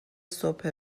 صبح